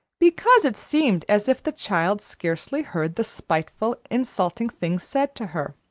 because it seemed as if the child scarcely heard the spiteful, insulting things said to her,